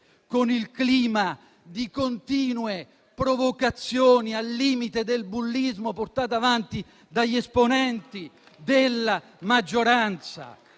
con il clima di continue provocazioni, al limite del bullismo, portate avanti dagli esponenti della maggioranza.